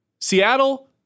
Seattle